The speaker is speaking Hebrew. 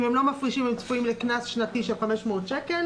אם הם לא מפרישים הם צפויים לקנס שנתי של 500 שקל